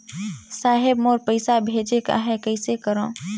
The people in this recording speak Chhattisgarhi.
साहेब मोर पइसा भेजेक आहे, कइसे करो?